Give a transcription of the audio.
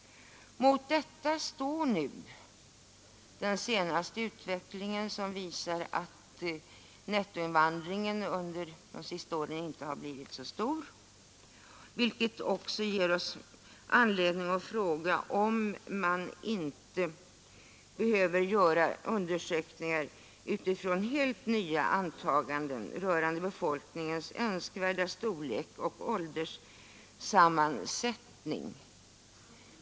Mot detta står nu den senaste utvecklingen, som visar att nettoinvandringen under de senaste åren inte har blivit så stor, vilket också ger oss anledning att fråga om man inte behöver göra undersökningar utifrån helt nya antaganden rörande befolkningens önskvärda storlek och ålderssammansättning.